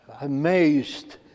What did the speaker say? amazed